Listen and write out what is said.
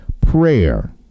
prayer